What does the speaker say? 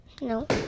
no